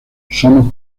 somos